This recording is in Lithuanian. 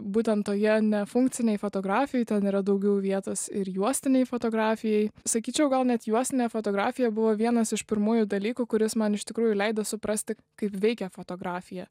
būtent toje nefunkcinėj fotografijoj ten yra daugiau vietos ir juostinei fotografijai sakyčiau gal net juostinė fotografija buvo vienas iš pirmųjų dalykų kuris man iš tikrųjų leido suprasti kaip veikia fotografija